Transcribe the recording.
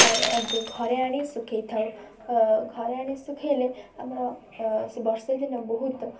ଘରେ ଘରେ ଆଣି ଶୁଖାଇ ଥାଉ ଘରେ ଆଣି ଶୁଖାଇଲେ ଆମର ସେ ବର୍ଷା ଦିନେ ବହୁତ